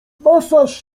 masaż